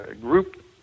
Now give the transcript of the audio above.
group